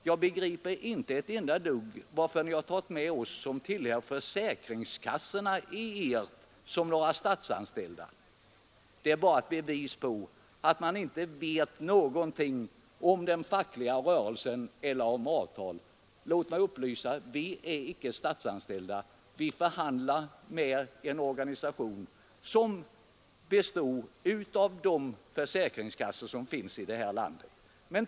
Jag begriper inte ett enda dugg varför ni har tagit med oss som tillhör försäkringskassorna som någon sorts statsanställda. Det är bara ett bevis på att ni inte vet någonting om den fackliga rörelsen eller om avtal. Låt mig upplysa er om att vi icke är statsanställda. Vi förhandlar med en organisation som består av de försäkringskassor som finns här i landet. Herr talman!